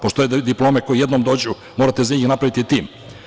Postoje diplome koje jednom dođu, morate za njih da napravite tim.